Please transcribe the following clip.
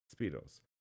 speedos